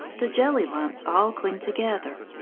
the jelly lumps all cling together.